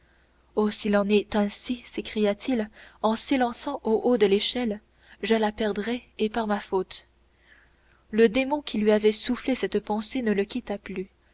s'il en est ainsi s'écria-t-il en s'élançant au haut de l'échelle je la perdrais et par ma faute le démon qui lui avait soufflé cette pensée ne le quitta plus